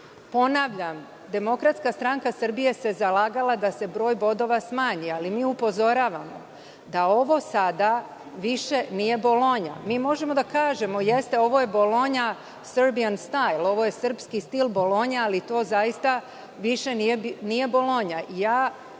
60.Ponavljam, DSS se zalagala da se broj bodova smanji, ali mi upozoravamo da ovo sada više nije „Bolonja“. Mi možemo da kažemo – jeste, ovo je „Bolonja“ - serbian style, ovo je srpski stil „Bolonje“, ali to zaista više nije „Bolonja“.